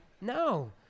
No